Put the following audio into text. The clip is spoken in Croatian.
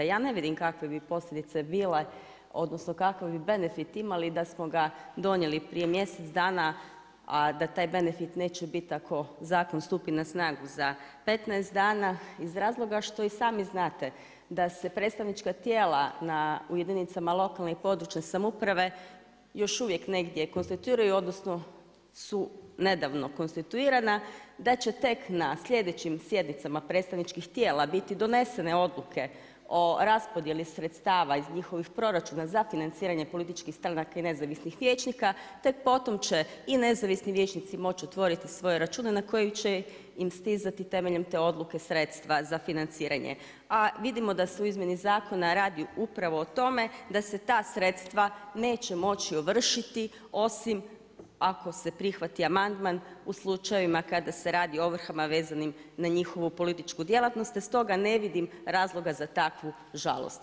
Ja ne vidim kakve bi posljedice bile odnosno kakav bi benefit imali da smo ga donijeli prije mjesec dana, a da taj benefit neće bit ako zakon stupi na snagu za 15 dana iz razloga što i sami znate da se predstavnička tijela u jedinicama lokalne i područne samouprave još uvijek negdje konstituiraju, odnosno su nedavno konstituirana, da će tek na slijedećim sjednicama predstavničkih tijela biti donesene odluke o raspodjeli sredstava iz njihovih proračuna za financiranje političkih … vijećnika, te potom će potom će i nezavisni vijećnici moći otvoriti svoje račune na kojim će im stizati temeljem te odluke sredstava za financiranje, a vidimo da su u izmjeni zakona rad upravo o tome da se ta sredstva neće moći ovršiti, osim ako se prihvati amandman u slučajevima kada se radi o ovrhama vezanim na njihovu političku djelatnost, te stoga ne vidim razloga za takvu žalost.